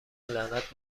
لعنت